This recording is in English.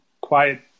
quiet